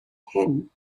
hyn